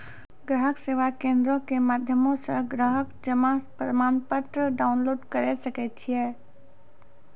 ग्राहक सेवा केंद्रो के माध्यमो से ग्राहक जमा प्रमाणपत्र डाउनलोड करे सकै छै